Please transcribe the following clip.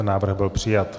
Návrh byl přijat.